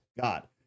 God